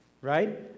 right